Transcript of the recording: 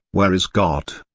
where is god,